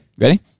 Ready